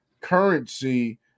currency